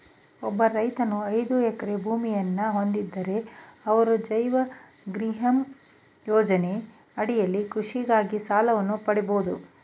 ಒಬ್ಬ ರೈತನು ಐದು ಎಕರೆ ಭೂಮಿಯನ್ನ ಹೊಂದಿದ್ದರೆ ಅವರು ಜೈವ ಗ್ರಿಹಮ್ ಯೋಜನೆ ಅಡಿಯಲ್ಲಿ ಕೃಷಿಗಾಗಿ ಸಾಲವನ್ನು ಪಡಿಬೋದು